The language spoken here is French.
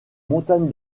montagnes